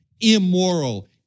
immoral